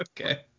Okay